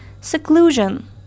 seclusion